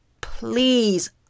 please